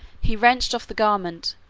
he wrenched off the garment,